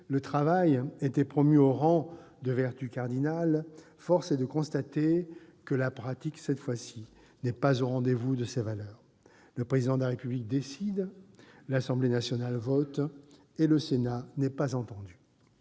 le travail étaient promus au rang de vertus cardinales, force est de constater que la pratique n'est pas au rendez-vous de ces valeurs. Le Président de la République décide, l'Assemblée nationale vote et le Sénat n'est pas entendu